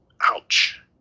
Ouch